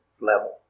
level